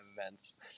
events